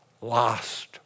lost